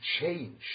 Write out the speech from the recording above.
change